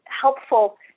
helpful